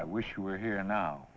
i wish you were here now